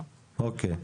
אוקיי.